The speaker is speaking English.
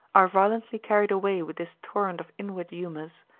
are violently carried away with this torrent of inward humours,